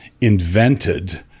invented